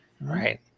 Right